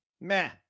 man